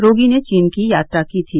रोगी ने चीन की यात्रा की थी